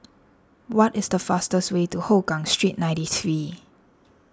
what is the fastest way to Hougang Street ninety three